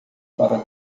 para